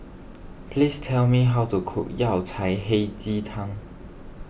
please tell me how to cook Yao Cai Hei Ji Tang